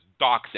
doxing